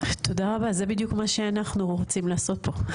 תודה רבה, זה בדיוק מה שאנחנו רוצים לעשות פה.